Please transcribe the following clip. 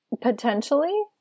potentially